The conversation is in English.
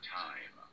time